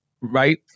Right